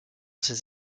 ses